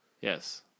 Yes